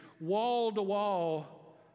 wall-to-wall